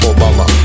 Obama